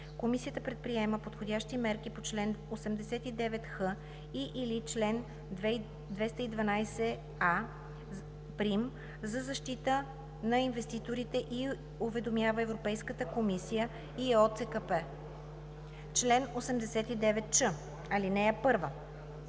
комисията предприема подходящи мерки по чл. 89х и/или чл. 212а1 за защита на инвеститорите и уведомява Европейската комисия и ЕОЦКП. Чл. 89ч. (1) Лицата,